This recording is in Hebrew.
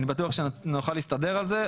אני בטוח שנוכל להסתדר על זה,